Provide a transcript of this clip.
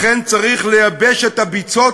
לכן, צריך לייבש את הביצות